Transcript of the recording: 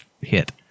hit